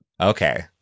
Okay